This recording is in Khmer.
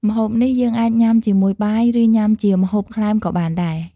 ម្ហូបនេះយើងអាចញុំាជាមួយបាយ ឬ ញុំាជាម្ហូបក្លែមក៏បានដែរ។